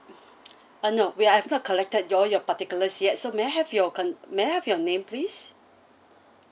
ah no we have not collected your your particulars yet so may I have your con~ may I have your name please